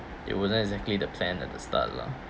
it wasn't exactly the plan at the start lah